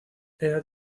era